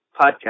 Podcast